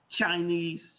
Chinese